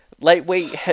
lightweight